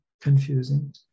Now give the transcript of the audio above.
confusing